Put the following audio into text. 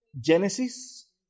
Genesis